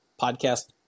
Podcast